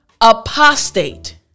apostate